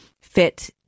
fit